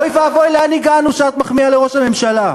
אוי ואבוי, לאן הגענו שאת מחמיאה לראש הממשלה.